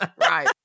Right